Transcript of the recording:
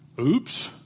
Oops